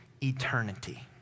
eternity